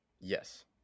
yes